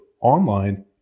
online